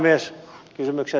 herra puhemies